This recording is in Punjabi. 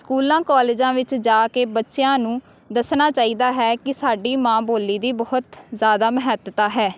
ਸਕੂਲਾਂ ਕੋਲਜਾਂ ਵਿੱਚ ਜਾ ਕੇ ਬੱਚਿਆਂ ਨੂੰ ਦੱਸਣਾ ਚਾਹੀਦਾ ਹੈ ਕਿ ਸਾਡੀ ਮਾਂ ਬੋਲੀ ਦੀ ਬਹੁਤ ਜ਼ਿਆਦਾ ਮਹੱਤਤਾ ਹੈ